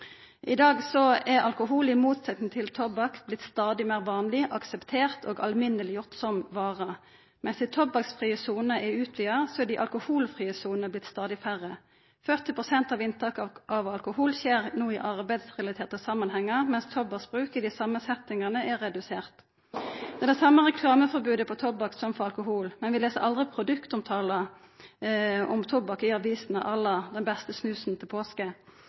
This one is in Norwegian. I dag er alkohol, i motsetnad til tobakk, blitt stadig meir vanleg akseptert og alminneleggjort som vare. Mens dei tobakksfrie sonene er utvida, er dei alkoholfrie sonene blitt stadig færre. 40 pst. av inntaket av alkohol skjer no i arbeidsrelaterte samanhengar, mens tobakksbruk i dei same settingane er redusert. Det er det same reklameforbodet på tobakk som for alkohol, men vi les aldri produktomtaler og snikreklame når det gjeld tobakk i avisene, à la «den beste snusen til påske».